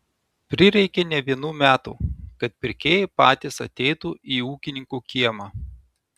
prireikė ne vienų metų kad pirkėjai patys ateitų į ūkininkų kiemą